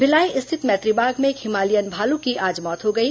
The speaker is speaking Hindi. भिलाई स्थित मैत्रीबाग में एक हिमालियन भालू की आज मौत हो गई